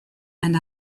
and